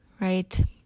Right